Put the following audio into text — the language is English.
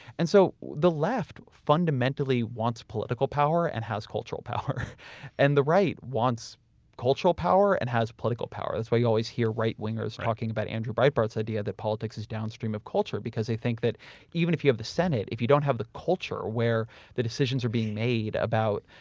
and so the left fundamentally wants political power and has cultural power and the right wants cultural power and has political power. that's why you always hear right wingers talking about andrew breitbart's idea that politics is downstream of culture because they think that even if you have the senate, if you don't have the culture where the decisions are being made about,